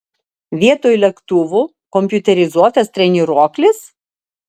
vietoj lėktuvų kompiuterizuotas treniruoklis